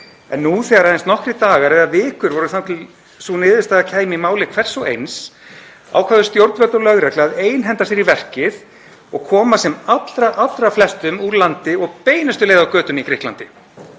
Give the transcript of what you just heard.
en nú, þegar aðeins nokkrir dagar eða vikur eru þangað til sú niðurstaða kemur í máli hvers og eins, ákveða stjórnvöld og lögregla að einhenda sér í verkið og koma sem allra flestum úr landi og beinustu leið á götuna í Grikklandi,